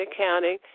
Accounting